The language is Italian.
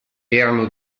erano